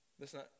Listen